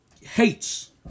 hates